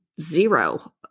zero